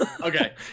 Okay